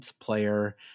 player